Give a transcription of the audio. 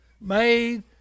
made